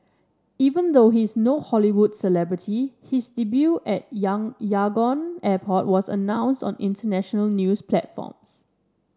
even though he is no Hollywood celebrity his debut at Yang on airport was announced on international news platforms